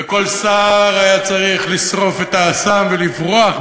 וכל שר היה צריך לשרוף את האסם ולברוח,